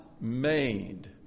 made